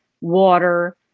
water